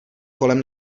kolem